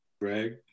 Greg